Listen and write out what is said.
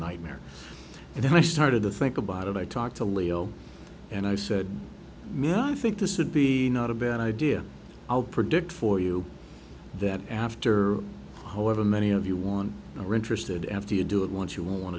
nightmare and then i started to think about it i talked to leo and i said no i think this would be not a bad idea i'll predict for you that after however many of you want or interested after you do it once you want